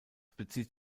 bezieht